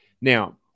Now